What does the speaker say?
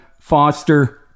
Foster